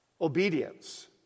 obedience